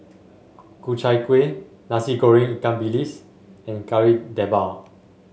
Ku Chai Kuih Nasi Goreng Ikan Bilis and Kari Debal